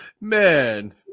Man